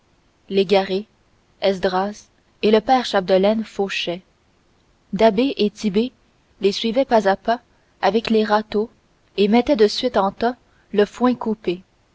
légaré esdras et le père chapdelaine fauchaient da'bé et tit'bé les suivaient pas à pas avec les râteaux et mettaient de suite en tas le foin coupé